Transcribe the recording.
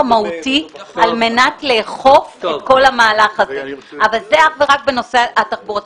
מהותי על מנת לאכוף את כל המהלך הזה אבל זה אך ורק בנושא התחבורתי.